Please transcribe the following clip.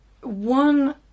one